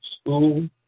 School